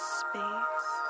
space